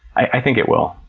i think it will.